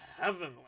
heavenly